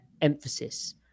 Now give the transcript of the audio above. emphasis